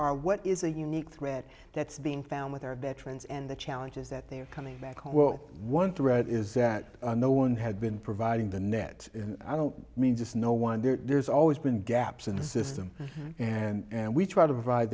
are what is a unique threat that's being found with our veterans and the challenges that they are coming back home well one threat is that no one had been providing the net and i don't mean just no one there's always been gaps in the system and we try to provide